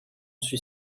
suis